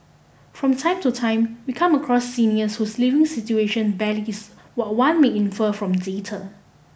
from time to time we come across seniors whose living situation belies what one may infer from data